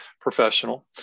professional